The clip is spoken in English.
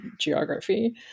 geography